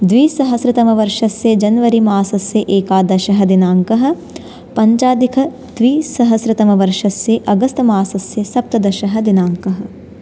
द्विसहस्रतमवर्षस्य जन्वरिमासस्य एकादशः दिनाङ्कः पञ्चाधिकत्रिसहस्रतमवर्षस्य अगस्तमासस्य सप्तदशः दिनाङ्कः